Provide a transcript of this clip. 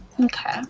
Okay